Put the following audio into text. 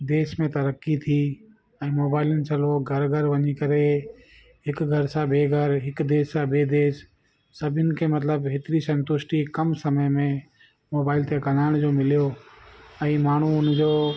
देस में तरक़ी थी ऐं मोबाइलनि सां उहो घर घर वञी करे हिकु घर सां ॿिए घर हिक देस खां ॿिए देसु सभिनीनि खे मतलबु हेतिरी संतुष्टी कम समय में मोबाइल ते ॻाल्हाइण जो मिल्यो ऐं माण्हू उन जो